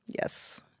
Yes